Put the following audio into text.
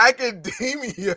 Academia